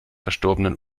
verstorbenen